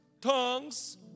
tongues